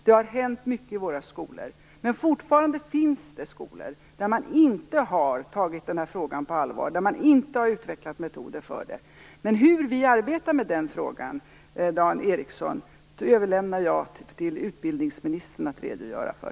Det har hänt mycket i våra skolor. Men fortfarande finns det skolor där man inte har tagit den här frågan på allvar, där man inte har utvecklat metoder för detta. Men hur vi arbetar med den frågan, Dan Ericsson, överlämnar jag till utbildningsministern att redogöra för.